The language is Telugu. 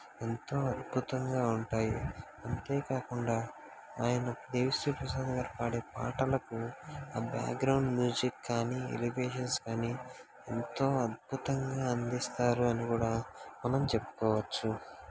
ఎంతో అద్భుతంగా ఉంటాయి అంతేకాకుండా ఆయన దేవిశ్రీప్రసాద్ గారు పాడే పాటలకు ఆ బాగ్రౌండ్ మ్యూజిక్ కానీ ఎలివేషన్స్ కానీ ఎంతో అద్భుతంగా అందిస్తారు అని కూడా మనం చెప్పుకోవచ్చు